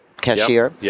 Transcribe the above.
cashier